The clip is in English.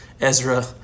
Ezra